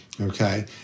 okay